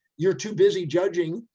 you're too busy, judging,